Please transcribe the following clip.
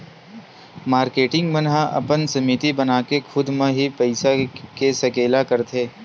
marketing मन ह अपन समिति बनाके खुद म ही पइसा के सकेला करथे